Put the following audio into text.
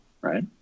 right